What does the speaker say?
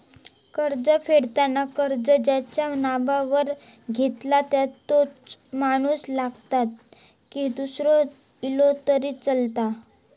कर्ज फेडताना कर्ज ज्याच्या नावावर घेतला तोच माणूस लागता की दूसरो इलो तरी चलात?